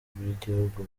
bw’igihugu